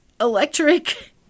electric